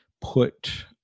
put